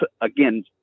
again